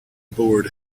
board